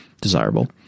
desirable